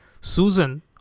Susan